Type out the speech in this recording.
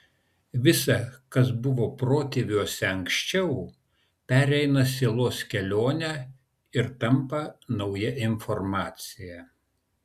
visa kas buvo protėviuose anksčiau pereina sielos kelionę ir tampa nauja informacija